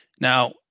now